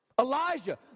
Elijah